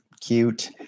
cute